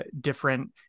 different